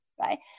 right